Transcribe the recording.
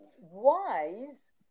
wise